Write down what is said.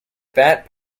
bat